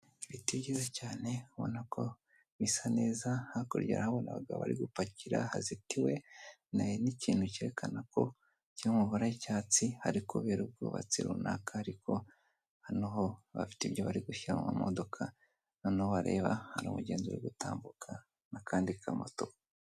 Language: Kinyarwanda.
Ibiti byiza cyane ubona ko ari bisa neza cyane hakurya hari abantu babagabo barigupakira hazitiwe n'ikintu kerekana ko cyo mu mabara y'icyatsi harikubera ubwubatsi runaka ariko hano ho bafite ibyo barigushyira mu modoka noneho wareba hari umugenzi urigutambuka n'akandi kamoto.